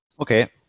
Okay